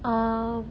uh